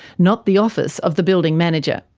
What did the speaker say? not the office of the building manager.